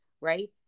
right